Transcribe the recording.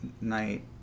Night